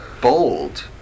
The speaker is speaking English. bold